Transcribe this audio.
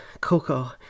Coco